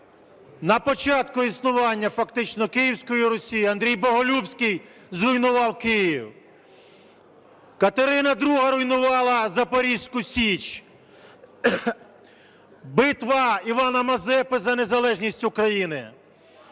на початку існування фактично Київської Русі Андрій Боголюбський зруйнував Київ; Катерина ІІ руйнувала Запорізьку Січ; битва Івана Мазепи за незалежність України;